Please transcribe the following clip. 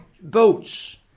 boats